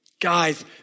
Guys